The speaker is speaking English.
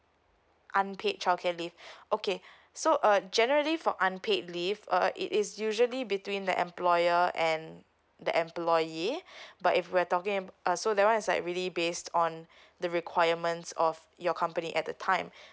unpaid childcare leave okay so uh generally for unpaid leave uh it is usually between the employer and the employee but if we're talking about uh so that one is like really based on the requirements of your company at the time